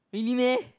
really meh